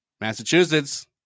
Massachusetts